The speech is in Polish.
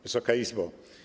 Wysoka Izbo!